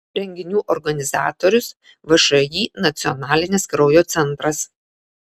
renginių organizatorius všį nacionalinis kraujo centras